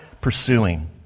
pursuing